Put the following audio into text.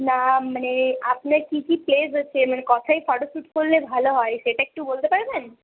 না মানে আপনার কী কী প্লেস আছে মানে কোথায় ফটো স্যুট করলে ভালো হয় সেটা একটু বলতে পারবেন